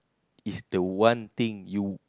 it's the one thing you